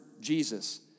Jesus